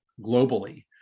globally